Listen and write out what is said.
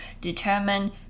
determine